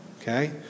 okay